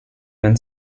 when